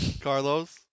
Carlos